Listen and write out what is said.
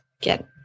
get